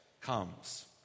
comes